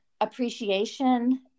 appreciation